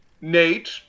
Nate